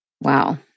Wow